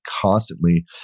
constantly